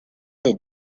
des